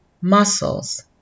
muscles